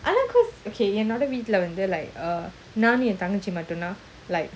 I like cause okay என்னோடவீட்லவந்து:ennoda veetla vandhu like uh நானும்என்தங்கச்சியும்மட்டும்தான்:nanum en thangachium mattum than like